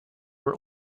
were